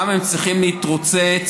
גם הם צריכים להתרוצץ,